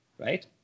right